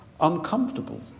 uncomfortable